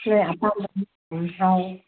ꯅꯣꯏ ꯑꯄꯥꯝꯕ ꯑꯗꯨꯝ ꯍꯥꯏꯌꯨ